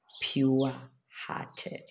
pure-hearted